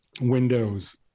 windows